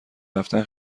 رفتن